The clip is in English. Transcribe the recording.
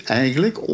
eigenlijk